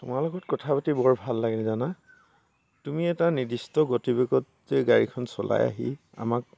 তোমাৰ লগত কথা পাতি বৰ ভাল লাগে জানা তুমি এটা নিৰ্দিষ্ট গতিবেগত যে গাড়ীখন চলাই আহি আমাক